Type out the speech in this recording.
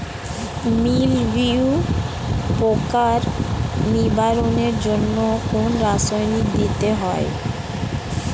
মিলভিউ পোকার নিবারণের জন্য কোন রাসায়নিক দিতে হয়?